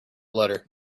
letter